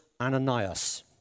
Ananias